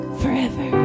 forever